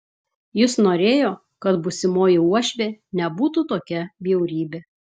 jis norėjo kad būsimoji uošvė nebūtų tokia bjaurybė